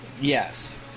Yes